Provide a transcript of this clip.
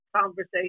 conversation